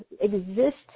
exist